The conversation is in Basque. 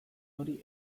hori